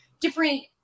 different